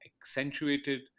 accentuated